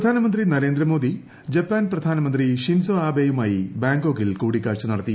പ്രധാനമന്ത്രി നരേന്ദ്രമോദി ജപ്പാൻ പ്രധാനമന്ത്രി ഷിൻസോ അബെയുമായി ബാങ്കോക്കിൽ കൂടിക്കാഴ്ച നടത്തി